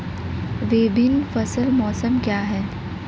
विभिन्न फसल मौसम क्या हैं?